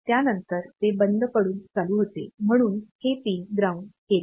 त्यानंतर ते बंद पडून चालू होते म्हणून हे पिन ग्राउंड केले आहे